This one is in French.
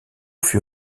fut